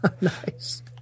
Nice